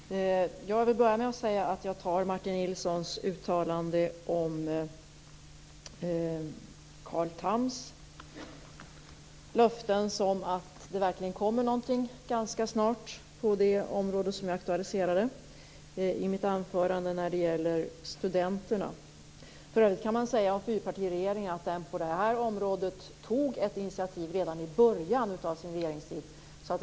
Herr talman! Jag vill börja med att säga att jag uppfattar Martin Nilssons uttalande om Carl Thams löften så att det verkligen kommer att göras någonting ganska snart för studenterna, som jag aktualiserade i mitt anförande. För övrigt kan man säga att fyrpartiregeringen på det området tog ett initiativ redan i början av sin regeringstid.